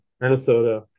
Minnesota